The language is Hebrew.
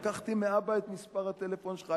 לקחתי מאבא את מספר הטלפון שלך.